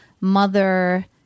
mother